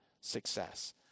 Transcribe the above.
success